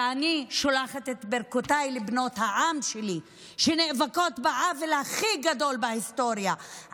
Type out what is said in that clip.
ואני שולחת את ברכותיי לבנות העם שלי שנאבקות בעוול הכי גדול בהיסטוריה,